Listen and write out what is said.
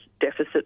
deficit